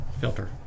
filter